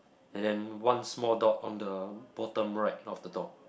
and then one small dot on the bottom right of the door